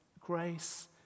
grace